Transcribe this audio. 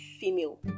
female